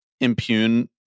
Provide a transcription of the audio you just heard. impugn